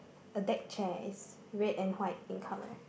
a deck chair it's red and white in colour